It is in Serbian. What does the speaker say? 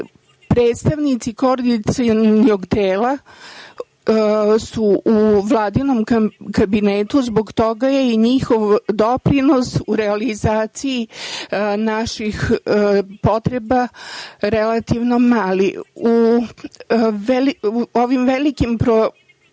predstavnici Koordinacionog tela su u vladinom kabinetu. Zbog toga je i njihov doprinos u realizaciji naših potreba relativno mali.U ovim velikim problemima